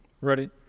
Ready